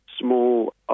small